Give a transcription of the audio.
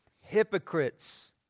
hypocrites